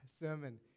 sermon